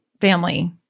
family